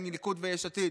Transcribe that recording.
אין ליכוד יש עתיד.